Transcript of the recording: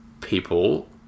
people